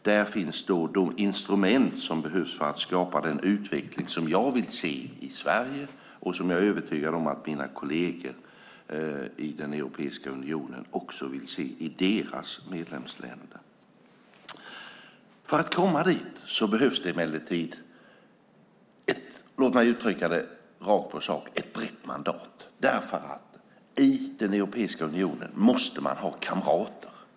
Där finns de instrument som behövs för att skapa den utveckling som jag vill se i Sverige och som jag är övertygad om att mina kolleger i Europeiska unionen också vill se i sina medlemsländer. För att komma dit behövs emellertid - låt mig uttrycka det rakt på sak - ett brett mandat, för i Europeiska unionen måste man ha kamrater.